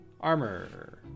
Armor